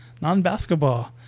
Non-basketball